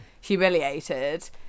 humiliated